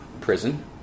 prison